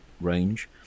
range